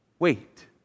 Wait